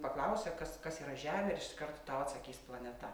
paklausia kas kas yra žemė ir iš karto tau atsakys planeta